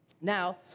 Now